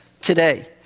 today